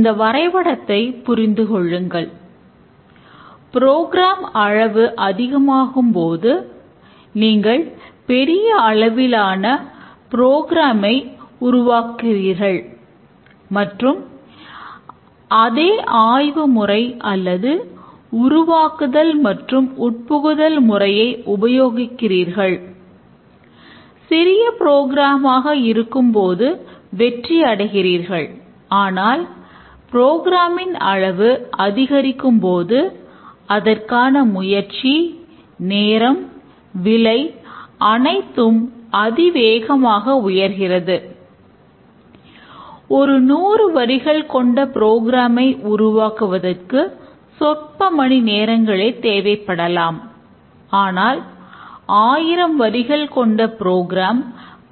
இந்த வரைபடத்தை புரிந்து கொள்ளுங்கள் ப்ரோக்ராம்